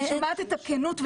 אני שומעת את הכנות.